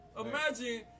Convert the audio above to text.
Imagine